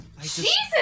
Jesus